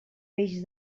peix